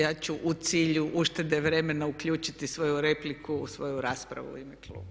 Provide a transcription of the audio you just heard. Ja ću u cilju uštede vremena uključiti svoju repliku u svoju raspravu u ime kluba.